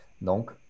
Donc